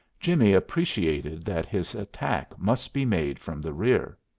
jimmie appreciated that his attack must be made from the rear.